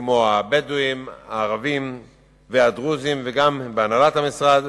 כמו הבדואים, הערבים והדרוזים, וגם בהנהלת המשרד.